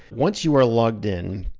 once you are logged in,